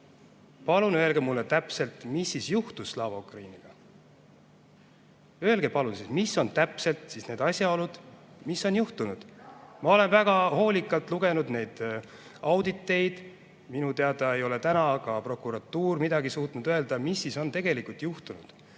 Palun öelge mulle täpselt, mis siis juhtus Slava Ukrainiga. Öelge, palun, mis on täpselt need asjaolud, mis on juhtunud. Ma olen väga hoolikalt lugenud neid auditeid, minu teada ei ole täna ka prokuratuur midagi suutnud öelda. Mis siis on tegelikult juhtunud?